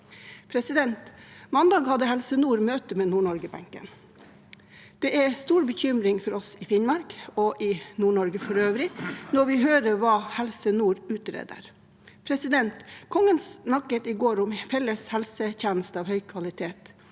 Finnmark. Mandag hadde Helse Nord møte med Nord-Norgebenken. Det er til stor bekymring for oss i Finnmark og i Nord-Norge for øvrig når vi hører hva Helse Nord utreder. Kongen snakket i går om en felles helsetjeneste av høy kvalitet.